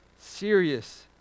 serious